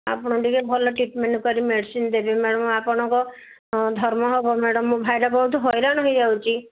ଆପଣ ଟିକେ ଭଲ ଟ୍ରିଟମେଣ୍ଟ୍ କରି ମେଡ଼ିସିନ୍ ଦେବେ ମ୍ୟାଡ଼ାମ୍ ଆପଣଙ୍କ ଧର୍ମ ହେବ ମୋ ଭାଇ ବହୁତ ହଇରାଣ ହେଇ ଯାଉଛି